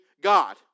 God